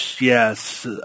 Yes